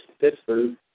Pittsburgh